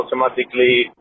automatically